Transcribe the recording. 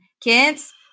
kids